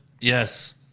Yes